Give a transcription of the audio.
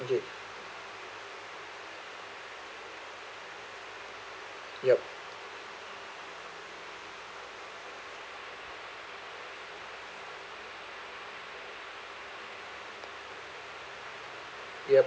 it yup